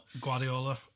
Guardiola